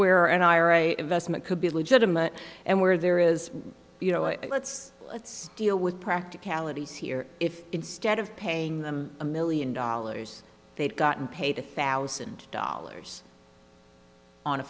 where an ira investment could be legitimate and where there is you know it let's let's deal with practicalities here if instead of paying them a million dollars they'd gotten paid a thousand dollars on a